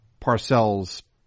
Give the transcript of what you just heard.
Parcells